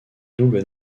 double